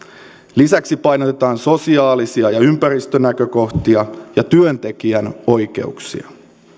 lisäksi painotetaan sosiaalisia ja ympäristönäkökohtia ja työntekijän oikeuksia